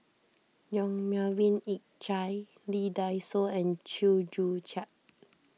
Yong Melvin Yik Chye Lee Dai Soh and Chew Joo Chiat